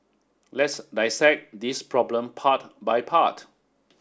let's dissect this problem part by part